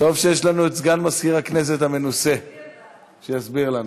טוב שיש לנו את סגן מזכירת הכנסת המנוסה שיסביר לנו.